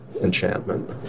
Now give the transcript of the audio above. enchantment